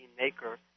Maker